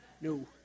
no